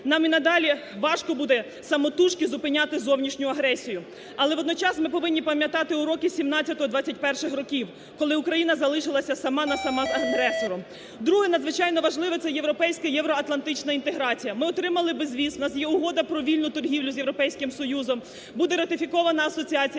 нам і надалі важко буде самотужки зупиняти зовнішню агресію. Але водночас ми повинні пам'ятати уроки 1917-1921 років, коли Україна залишилась сам-на-сам з агресором. Друге надзвичайно важливе. Це європейська євроатлантична інтеграція. Ми отримали безвіз, у нас є Угода про вільну торгівлю з Європейським Союзом. Буде ратифікована асоціація